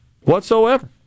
whatsoever